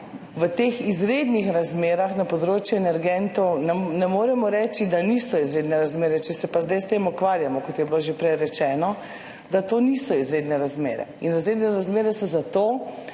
v teh izrednih razmerah na področju energentov, ne moremo reči, da niso izredne razmere, če se pa sedaj s tem ukvarjamo, kot je bilo že prej rečeno, da to niso izredne razmere. In izredne razmere so zato,